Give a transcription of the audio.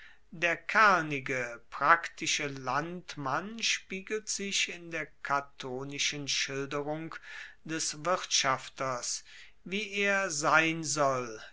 der kernige praktische landmann spiegelt sich in der catonischen schilderung des wirtschafters wie er sein soll